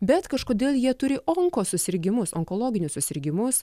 bet kažkodėl jie turi onkosusirgimus onkologinius susirgimus